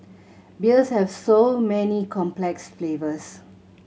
beers have so many complex flavours